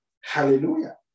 Hallelujah